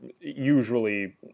usually